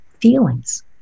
feelings